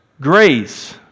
grace